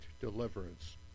deliverance